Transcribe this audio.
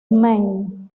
maine